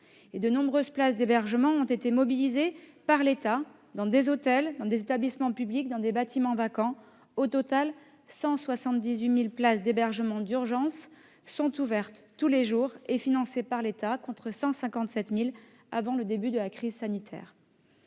de nombreuses places d'hébergement ont été mobilisées par l'État dans des hôtels, dans des établissements publics, dans des bâtiments vacants. Au total, 178 000 places d'hébergement d'urgence sont ouvertes tous les jours et financées par l'État, contre 157 000 avant le début de la crise sanitaire.